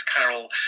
Carol